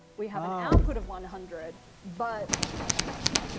we have an output of one hundred. but five minutes.